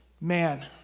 Man